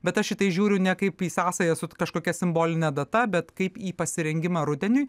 bet aš į tai žiūriu ne kaip į sąsają su kažkokia simboline data bet kaip į pasirengimą rudeniui